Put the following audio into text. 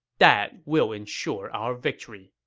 that will ensure our victory.